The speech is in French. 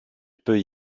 peut